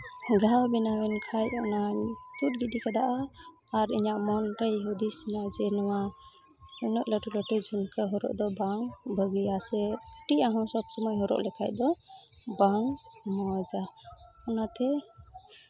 ᱜᱷᱟᱣ ᱵᱮᱱᱟᱣᱮᱱ ᱠᱷᱟᱡ ᱚᱱᱟᱧ ᱛᱩᱫ ᱜᱤᱰᱤ ᱠᱟᱫᱟ ᱟᱨ ᱤᱧᱟᱹᱜ ᱢᱚᱱᱨᱮ ᱦᱩᱫᱤᱥᱮᱱᱟ ᱡᱮ ᱱᱚᱣᱟ ᱩᱱᱟᱹᱜ ᱞᱟᱹᱴᱩ ᱞᱟᱹᱴᱩ ᱡᱷᱩᱢᱠᱟᱹ ᱦᱚᱨᱚᱜ ᱫᱚ ᱵᱟᱝ ᱵᱷᱟᱹᱜᱤᱭᱟ ᱥᱮ ᱠᱟᱹᱴᱤᱡ ᱟᱜ ᱦᱚᱸ ᱥᱚᱵ ᱥᱚᱢᱚᱭ ᱦᱚᱨᱚᱜ ᱞᱮᱠᱷᱟᱡ ᱫᱚ ᱵᱟᱝ ᱢᱚᱡᱟ ᱚᱱᱟᱛᱮ